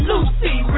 Lucy